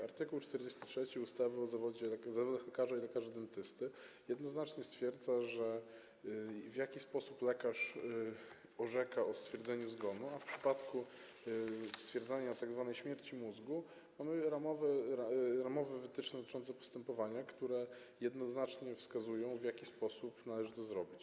Art. 43 ustawy o zawodach lekarza i lekarza dentysty jednoznacznie stwierdza, w jaki sposób lekarz orzeka o stwierdzeniu zgonu, a w kwestii stwierdzania tzw. śmierci mózgu są ramowe wytyczne dotyczące postępowania, które jednoznacznie wskazują, w jaki sposób należy to zrobić.